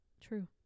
True